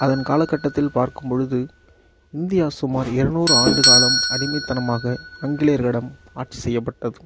அதன் காலக்கட்டத்தில் பார்க்கும்பொழுது இந்தியா சுமார் இருநூறு ஆண்டு காலம் அடிமைத்தனமாக ஆங்கிலேயர்களிடம் ஆட்சி செய்யப்பட்டது